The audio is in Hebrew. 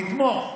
תתמוך.